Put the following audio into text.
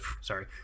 sorry